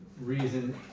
reason